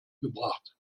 gebracht